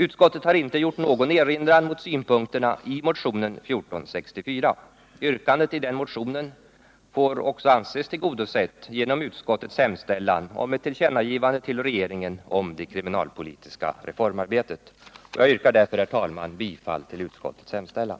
Utskottet har inte gjort någon erinran mot synpunkterna i motionen 1464. Yrkandet i den motionen får också anses tillgodosett genom utskottets Onsdagen den Jag yrkar därför, herr talman, bifall till utskottets hemställan.